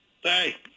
hey